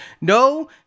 No